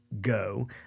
go